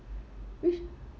which